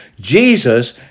Jesus